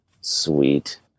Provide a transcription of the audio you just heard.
Sweet